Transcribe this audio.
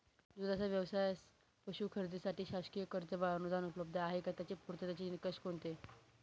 दूधाचा व्यवसायास पशू खरेदीसाठी शासकीय कर्ज व अनुदान उपलब्ध आहे का? त्याचे पूर्ततेचे निकष कोणते?